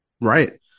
right